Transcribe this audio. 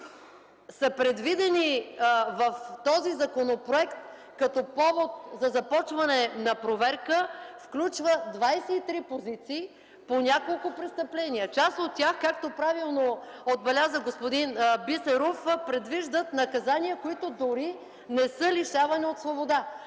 са предвидени в този законопроект като повод за започване на проверка, включва 23 позиции по няколко престъпления. Част от тях, както правилно отбеляза господин Бисеров, предвиждат наказания, които дори не са лишаване от свобода.